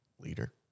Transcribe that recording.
leader